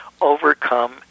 overcome